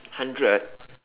hundred